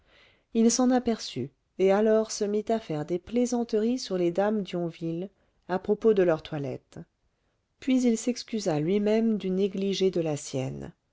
il s'en aperçut et alors se mit à faire des plaisanteries sur les dames d'yonville à propos de leur toilette puis il s'excusa lui-même du négligé de la sienne